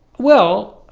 well,